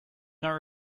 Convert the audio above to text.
not